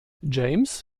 james